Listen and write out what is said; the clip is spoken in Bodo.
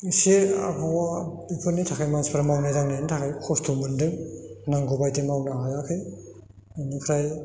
इसे आबहावाफोरनि थाखाय मानसिफ्रा मावनाय दांनायनि थाखाय खस्त' मोनदों नांगौ बायदि मावनो हायाखै बेनिफ्राय